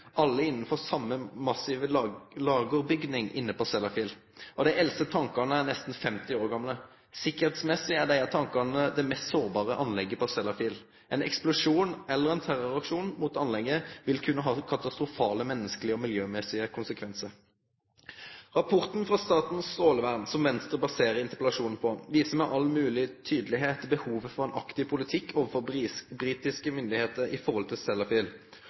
alle innanfor same massive lagerbygning inne på Sellafield. Dei eldste tankane er nesten 50 år gamle. Sikkerheitsmessig er desse tankane det mest sårbare anlegget på Sellafield. Ein eksplosjon, eller ein terroraksjon mot anlegget, vil kunne ha katastrofale menneskelege og miljømessige konsekvensar. Rapporten frå Statens strålevern, som Venstre baserer interpellasjonen på, viser heilt tydeleg behovet for ein aktiv politikk overfor britiske myndigheiter i forhold til